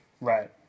right